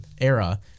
era